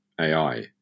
AI